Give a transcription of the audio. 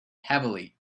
heavily